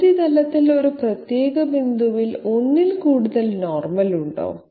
ഉപരിതലത്തിൽ ഒരു പ്രത്യേക ബിന്ദുവിൽ ഒന്നിൽ കൂടുതൽ നോർമൽ ഉണ്ടോ